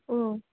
अ